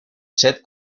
set